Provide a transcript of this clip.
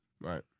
Right